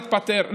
השר יתפטר.